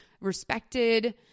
respected